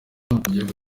igihugu